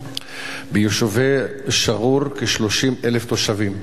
ביישובי אל-שגור כ-30,000 תושבים,